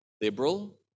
liberal